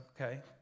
okay